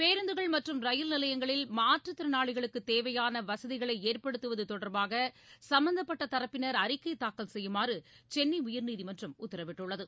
பேருந்துகள் மற்றும் ரயில் நிலையங்களில் மாற்றுத்திறனாளிகளுக்கு தேவையான வசதிகளை ஏற்படுத்துவது தொடர்பாக சம்பந்தப்பட்ட தரப்பினர் அறிக்கை தாக்கல் செய்யுமாறு சென்னை உயர்நீதிமன்றம் உத்தரவிட்டுள்ளது